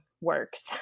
works